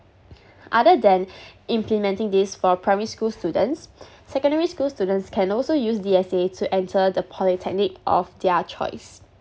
other than implementing this for primary school students secondary school students can also use D_S_A to enter the polytechnic of their choice